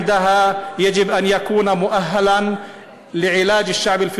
באחריות להכשרת רופאים מומחים כך שלא יהיה צורך עוד בבתי-חולים ישראליים